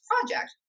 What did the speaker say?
project